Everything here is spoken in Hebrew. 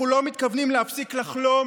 אנחנו לא מתכוונים להפסיק לחלום,